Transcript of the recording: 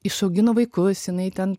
išaugino vaikus jinai ten